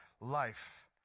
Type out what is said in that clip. life